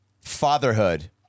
fatherhood